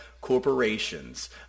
corporations